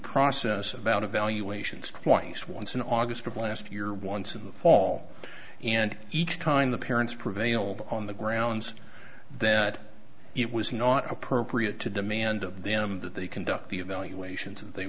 process about evaluations twice once in august of last year once in the fall and each time the parents prevailed on the grounds that it was not appropriate to demand of them that they conduct the evaluations and they